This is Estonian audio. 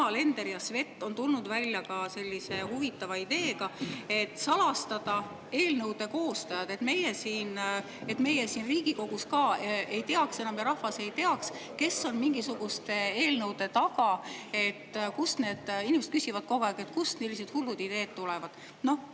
Alender ja Svet on tulnud välja ka sellise huvitava ideega, et salastada eelnõude koostajad, et meie siin Riigikogus ka ei teaks enam ja rahvas ei teaks, kes on mingisuguste eelnõude taga. Inimesed küsivad kogu aeg, kust sellised hullud ideed tulevad.